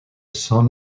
son